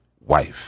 wife